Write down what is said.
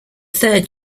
third